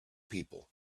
people